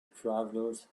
travelers